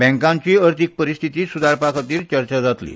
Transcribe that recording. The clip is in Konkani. बॅकांची अर्थिक परिस्थीती सुधारपा खातीर चर्चा जातली